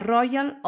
Royal